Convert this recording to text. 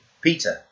Peter